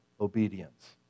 obedience